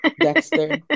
Dexter